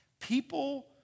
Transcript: people